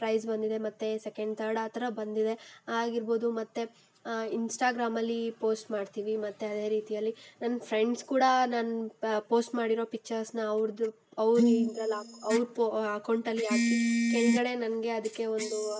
price ಬಂದಿದೆ ಮತ್ತು second third ಆ ಥರ ಬಂದಿದೆ ಆಗಿರ್ಬೋದು ಮತ್ತು ಇನ್ಸ್ಟಾಗ್ರಾಮಲ್ಲಿ ಪೋಸ್ಟ್ ಮಾಡ್ತೀವಿ ಮತ್ತು ಅದೇ ರೀತಿಯಲ್ಲಿ ನನ್ನ ಫ್ರೆಂಡ್ಸ್ ಕೂಡ ನನ್ನ ಪೋಸ್ಟ್ ಮಾಡಿರೋ ಪಿಕ್ಚರ್ಸನ್ನ ಅವ್ರದ್ದು ಅವರು ಇದ್ರಲ್ಲಿ ಹಾ ಅವ್ರ ಅಕೌಂಟಲ್ಲಿ ಹಾಕಿ ಕೆಳಗಡೆ ನನಗೆ ಅದಕ್ಕೆ ಒಂದು